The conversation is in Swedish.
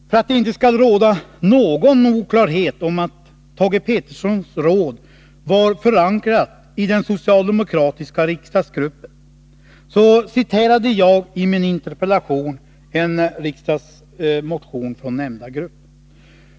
För att det inte skall råda någon oklarhet om att Thage Petersons råd var förankrat i den socialdemokratiska riksdagsgruppen, så citerade jag i min interpellation en riksdagsmotion från nämnda grupp.